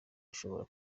ushobora